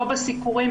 לא בסיקורים,